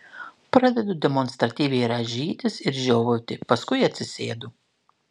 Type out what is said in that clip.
pradedu demonstratyviai rąžytis ir žiovauti paskui atsisėdu